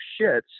shits